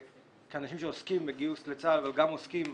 כאנשים שעוסקים בגיוס לצה"ל, אבל גם עוסקים